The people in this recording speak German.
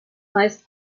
meist